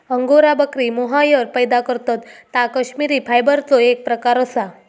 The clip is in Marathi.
अंगोरा बकरी मोहायर पैदा करतत ता कश्मिरी फायबरचो एक प्रकार असा